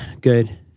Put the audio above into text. good